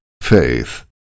Faith